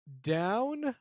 down